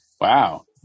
Wow